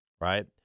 right